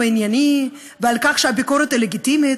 ענייני ועל כך שהביקורת היא לגיטימית,